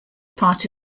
part